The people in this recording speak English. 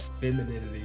Femininity